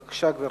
בבקשה, גברתי.